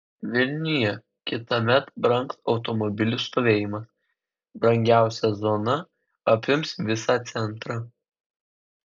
vilniuje kitąmet brangs automobilių stovėjimas brangiausia zona apims visą centrą